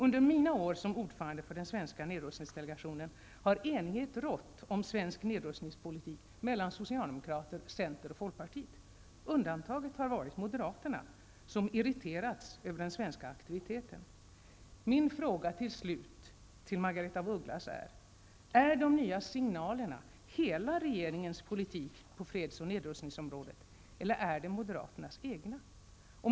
Under mina år som ordförande för den svenska nedrustningsdelegationen har enighet rått om svensk nedrustningspolitik mellan socialdemokrater, centern och folkpartiet. Undantaget har varit moderaterna, som irriterats över den svenska aktiviteten. Min fråga till slut till Margaretha af Ugglas är: Är de nya signalerna hela regeringens politik på fredsoch nedrustningsområdet eller är de moderaternas egna?